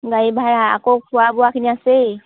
গাড়ী ভাড়া আকৌ খোৱা বোৱাখিনি আছেই